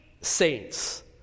saints